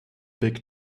big